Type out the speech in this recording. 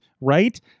right